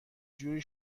جوری